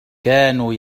كانوا